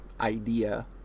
idea